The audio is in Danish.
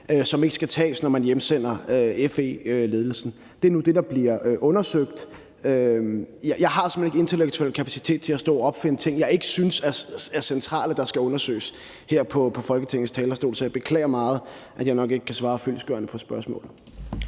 som ikke skal tages, når man hjemsender FE-ledelsen. Det er nu det, der bliver undersøgt. Jeg har simpelt hen ikke intellektuel kapacitet til at stå her på Folketingets talerstol og opfinde ting, jeg ikke synes er centrale eller skal undersøges. Så jeg beklager meget, at jeg nok ikke kan svare fyldestgørende på spørgsmålet.